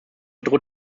droht